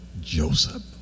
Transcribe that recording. Joseph